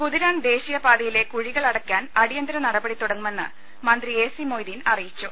കുതിരാൻ ദേശീയ പാതയിലെ കുഴികൾ അടയ്ക്കാൻ അടിയന്തിര നടപടി തുടങ്ങുമെന്ന് മന്ത്രി എ സി മൊയ്തീൻ അറിയിച്ചു